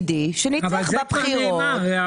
אבל זה כבר נאמר.